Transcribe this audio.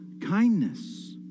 kindness